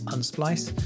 Unsplice